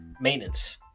maintenance